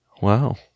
Wow